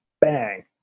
bang